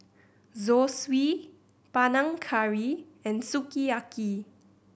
Zosui Panang Curry and Sukiyaki